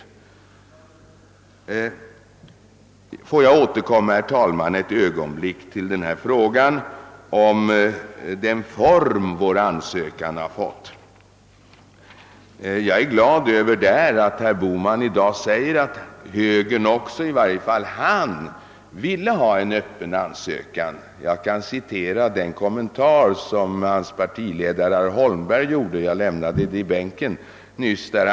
Får jag, herr talman, ett ögonblick återkomma till frågan om den form som vår ansökan har fått. Jag är glad över att herr Bohman i dag säger att även högern, i varje fall han själv, ville ha en öppen ansökan. Jag skulle kunna citera vad hans partiledare herr Holmberg sade, men jag lämnade det citatet i bänken.